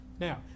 now